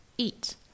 eat